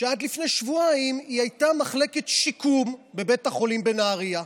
שעד לפני שבועיים הייתה מחלקת שיקום בבית החולים בנהריה.